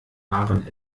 barren